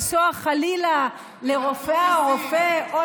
או לנסוע, חלילה, לרופאה או רופא, תבטלו מיסים.